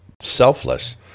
selfless